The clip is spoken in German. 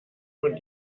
von